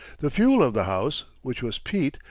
the fuel of the house, which was peat,